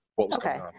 Okay